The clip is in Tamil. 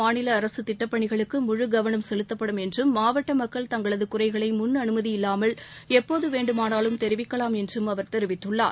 மாநிலஅரசுதிட்டப்பணிகளுக்குமுழுகவனம் செலுத்தப்படும் என்றும் மாவட்டமக்கள் மக்கிய தங்களதுகுறைகளைமுன் அனுமதி இல்லாமல் எப்போதுவேண்டுமானாலும் தெரிவிக்கலாம் என்றும் அவர் தெரிவித்துள்ளார்